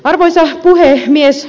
arvoisa puhemies